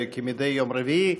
כמדי יום רביעי.